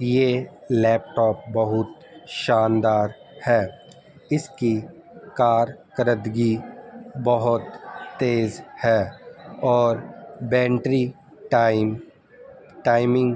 یہ laptop بہت شاندار ہے اس کی کارکردگی بہت تیز ہے اور بینٹری ٹائم ٹائمنگ